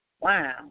Wow